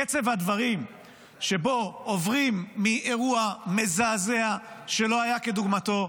קצב הדברים שבו עוברים מאירוע מזעזע שלא היה כדוגמתו,